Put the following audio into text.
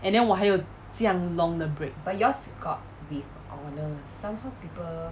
and then 我还有这样 long the break